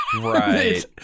Right